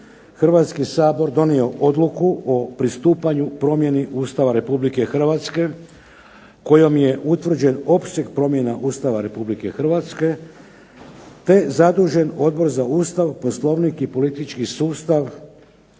Hrvatski sabor donio odluku o pristupanju promjeni Ustava Republike Hrvatske kojom je utvrđen opseg promjene Ustava Republike Hrvatske, te zadužen Odbor za Ustav, Poslovnik i politički sustav da